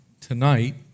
tonight